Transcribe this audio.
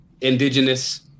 indigenous